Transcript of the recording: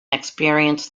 experience